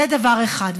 זה דבר אחד.